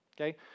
okay